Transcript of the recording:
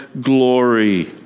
glory